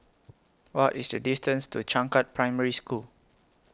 What IS The distance to Changkat Primary School